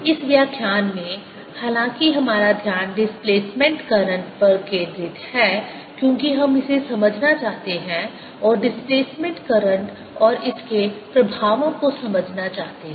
इस व्याख्यान में हालाँकि हमारा ध्यान डिस्प्लेसमेंट करंट केंद्रित है क्योंकि हम इसे समझना चाहते हैं और डिस्प्लेसमेंट करंट और इसके प्रभावों को समझना चाहते हैं